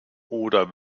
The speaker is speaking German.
oder